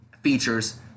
features